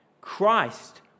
Christ